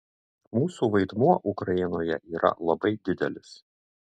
mūsų vaidmuo ukrainoje yra labai didelis